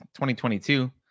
2022